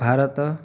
Bharat